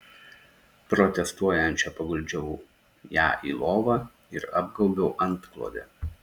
protestuojančią paguldžiau ją į lovą ir apgaubiau antklode